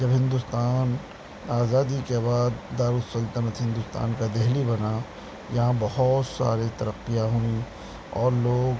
جب ہندوستان آزادی کے بعد دار السلطنت ہندوستان کا دہلی بنا یہاں بہت سارے ترقیاں ہوئیں اور لوگ